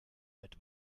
mit